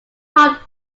top